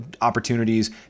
opportunities